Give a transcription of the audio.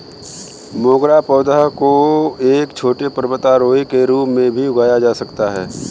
मोगरा पौधा को एक छोटे पर्वतारोही के रूप में भी उगाया जा सकता है